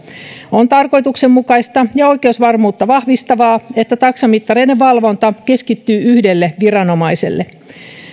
on tarkoituksenmukaista ja oikeusvarmuutta vahvistavaa että taksamittareiden valvonta keskittyy yhdelle viranomaiselle